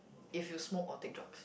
if you smoke or take drugs